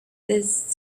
this